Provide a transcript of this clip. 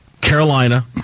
Carolina